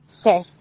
Okay